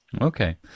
Okay